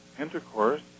intercourse